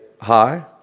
hi